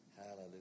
Hallelujah